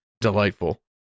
delightful